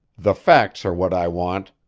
the facts are what i want.